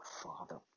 father